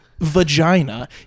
vagina